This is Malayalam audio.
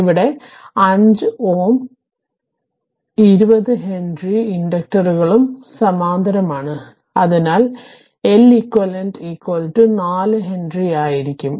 ഇവിടെ 5 Ω ഹെൻറിയും 20 ഹെൻറി ഇൻഡക്ടറുകളും സമാന്തരമാണ് അതിനാൽ Leq 4 ഹെൻറി ആയിരിക്കും